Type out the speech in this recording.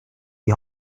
die